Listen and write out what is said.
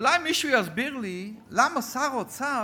אולי מישהו יסביר לי למה שר האוצר,